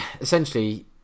Essentially